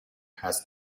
has